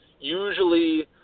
Usually